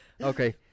okay